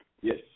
Yes